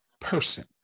person